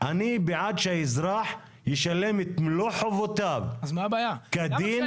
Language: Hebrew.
והפקדת הערבות מחריגה תשלומי ארנונה, מה שאני